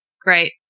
great